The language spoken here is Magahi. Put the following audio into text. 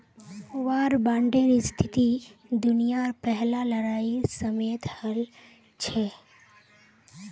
वार बांडेर स्थिति दुनियार पहला लड़ाईर समयेत हल छेक